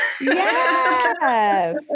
Yes